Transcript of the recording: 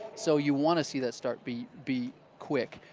so you want to see that start be be quick.